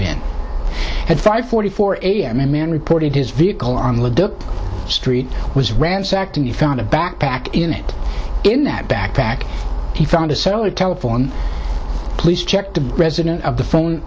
bin at five forty four a m a man reported his vehicle on the street was ransacked and he found a backpack in it in that backpack he found a cell a telephone please check the president of the phone